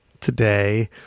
today